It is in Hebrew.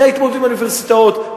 ההתמודדות עם האוניברסיטאות,